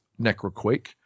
Necroquake